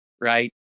right